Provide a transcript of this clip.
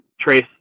Trace